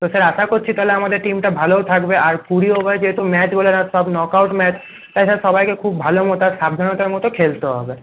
তো স্যার আশা করছি তাহলে আমাদের টিমটা ভালোও থাকবে আর কুড়ি ওভার যেহেতু ম্যাচ বললেন আর সব নক আউট ম্যাচ তাই স্যার সবাইকে খুব ভালোমতো আর সাবধানতার মতো খেলতে হবে